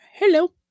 hello